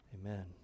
amen